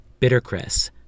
Bittercress